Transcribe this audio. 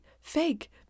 fake